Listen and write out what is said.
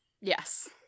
Yes